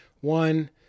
one